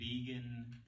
vegan